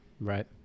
right